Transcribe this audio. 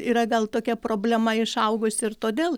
yra gal tokia problema išaugusi ir todėl